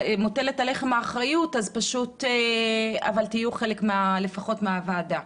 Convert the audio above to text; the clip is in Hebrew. אז לפחות תהיו חלק מהוועדה.